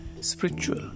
spiritual